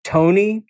Tony